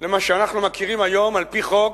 למה שאנחנו מכירים היום על-פי חוק,